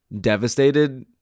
devastated